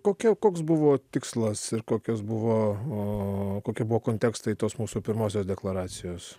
kokia koks buvo tikslas ir kokios buvo o kokie buvo kontekstai tos mūsų pirmosios deklaracijos